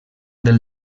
del